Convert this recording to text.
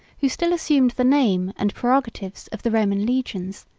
who still assumed the name and prerogatives of the roman legions,